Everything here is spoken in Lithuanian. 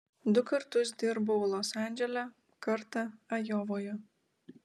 du kartus dirbau los andžele kartą ajovoje